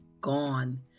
gone